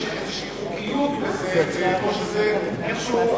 האם יש איזושהי חוקיות לזה או שזה איכשהו,